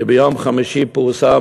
כי ביום חמישי פורסם,